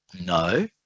No